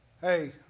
hey